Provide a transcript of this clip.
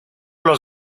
los